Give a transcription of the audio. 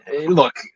Look